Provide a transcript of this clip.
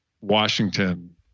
Washington